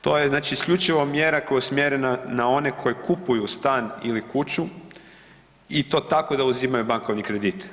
To je isključivo mjera koja je usmjerena na one koji kupuju stan ili kuću i to tako da uzimaju bankovni kredit.